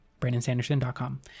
BrandonSanderson.com